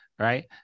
right